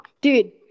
Dude